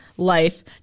life